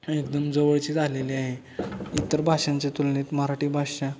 एकदम जवळची झालेली आहे इतर भाषांच्या तुलनेत मराठी भाषा